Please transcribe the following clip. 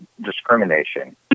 Discrimination